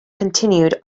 continued